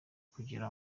kugira